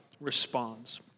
responds